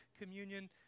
communion